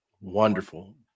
Wonderful